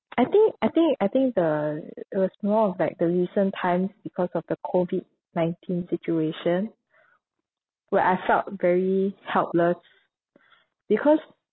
I think I think I think the it was more of like the recent times because of the COVID nineteen situation where I felt very helpless because